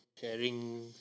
sharing